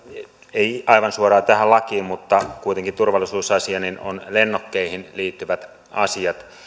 ei aivan suoraan tähän lakiin mutta kuitenkin turvallisuusasia on lennokkeihin liittyvät asiat